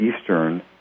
Eastern